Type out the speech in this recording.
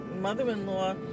mother-in-law